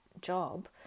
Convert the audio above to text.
job